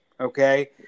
Okay